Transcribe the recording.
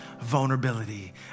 Vulnerability